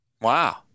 Wow